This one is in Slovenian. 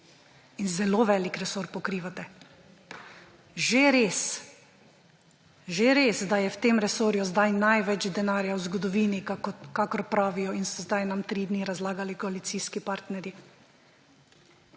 In zelo velik resor pokrivate. Že res, že res, da je v tem resorju zdaj največ denarja v zgodovini, kakor pravijo in so zdaj nam tri dni razlagali koalicijski partnerji.